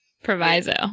proviso